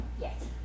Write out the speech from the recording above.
Yes